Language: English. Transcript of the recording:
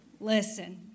listen